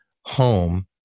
home